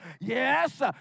Yes